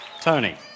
Tony